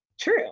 true